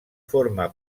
forma